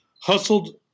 hustled